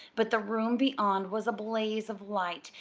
but the room beyond was a blaze of light,